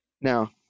Now